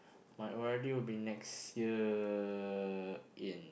my O_R_D would be next year in